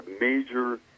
major